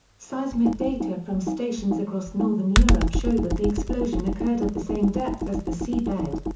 seismic data from stations across northern europe show that the explosion occurred at the same depth as the sea bed.